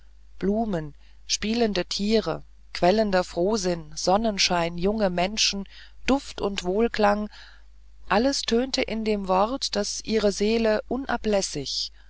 blumen spielende tiere quellender frohsinn sonnenschein junge menschen duft und wohlklang alles tönte in dem wort das ihre seele unablässig